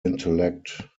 intellect